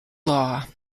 law